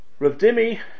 Ravdimi